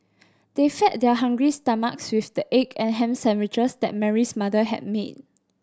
they fed their hungry stomachs with the egg and ham sandwiches that Mary's mother had made